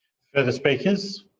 further speakers?